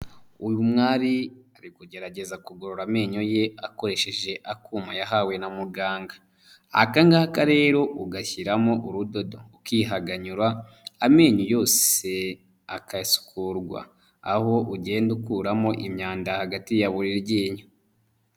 Uyu mwari ari kugerageza kugorora amenyo ye akoresheje akuma yahawe na muganga, aka ngaka rero ugashyiramo urudodo ukihaganyura amenyo yose agasukurwa, aho ugenda ukuramo imyanda hagati ya buri ryinyo.